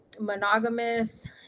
monogamous